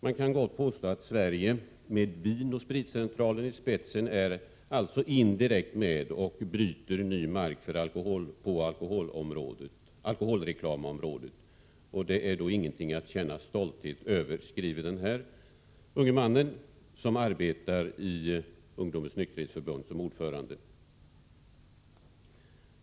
Han skriver vidare att Vinoch spritcentralen i spetsen indirekt är med och bryter ny mark på alkoholreklamområdet. Det är ingenting att känna stolthet över, skriver den unge mannen, som alltså är ordförande i Ungdomens nykterhetsförbund.